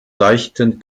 seichten